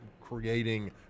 creating